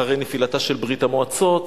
אחרי נפילתה של ברית-המועצות,